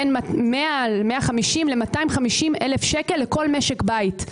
בין 100,000-200,000 ל-250,000 שקל לכל משק בית.